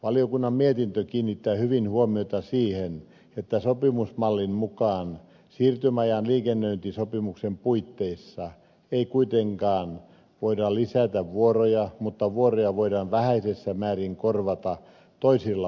valiokunnan mietintö kiinnittää hyvin huomiota siihen että sopimusmallin mukaan siirtymäajan liikennöintisopimuksen puitteissa ei kuitenkaan voida lisätä vuoroja mutta vuoroja voidaan vähäisessä määrin korvata toisilla vuoroilla